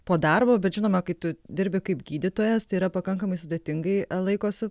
po darbo bet žinoma kai tu dirbi kaip gydytojas tai yra pakankamai sudėtingai laiko su